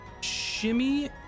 shimmy